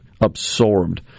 absorbed